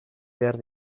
behar